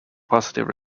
positive